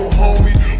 homie